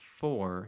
four